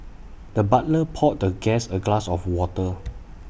the butler poured the guest A glass of water